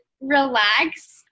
relax